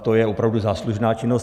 To je opravdu záslužná činnost.